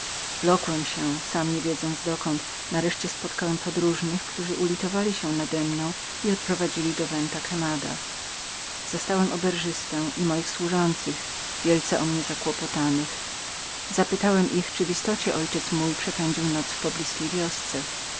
wlokłem się sam niewiedząc gdzie nareszcie spotkałem podróżnych którzy ulitowali się nademną i odprowadzili do venta quemada zastałem oberżystę i moich służących wielce o mnie zakłopotanych zapytałem ich czyli w istocie ojciec mój przepędził noc w poblizkiej wiosce